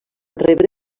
rebre